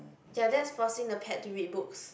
ya that's forcing the pet to read books